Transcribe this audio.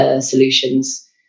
solutions